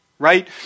right